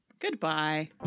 Goodbye